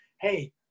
hey